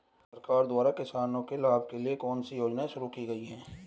सरकार द्वारा किसानों के लाभ के लिए कौन सी योजनाएँ शुरू की गईं?